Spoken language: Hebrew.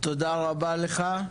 תודה רבה לך.